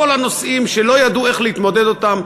כל הנושאים שלא ידעו איך להתמודד אתם,